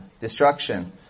destruction